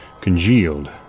congealed